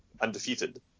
undefeated